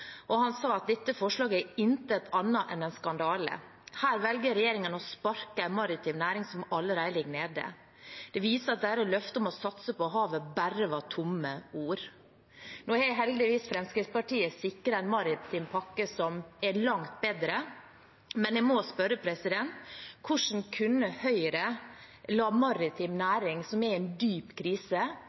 og han sa at dette forslaget er intet annet enn en skandale. Her velger regjeringen å sparke en maritim næring som allerede ligger nede. Det viser at løftet deres om å satse på havet bare var tomme ord. Nå har heldigvis Fremskrittspartiet sikret en maritim pakke som er langt bedre, men jeg må spørre: Hvordan kunne Høyre la maritim næring, som er i en dyp krise,